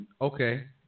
okay